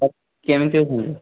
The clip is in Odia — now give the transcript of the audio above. ସାର୍ କେମିତି ଅଛନ୍ତି